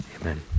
Amen